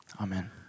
Amen